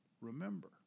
Remember